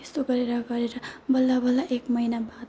त्यस्तो गरेर गरेर बल्ल बल्ल एक महिना बाद